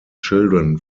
children